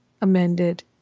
amended